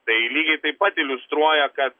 tai lygiai taip pat iliustruoja kad